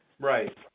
Right